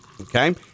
Okay